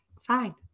fine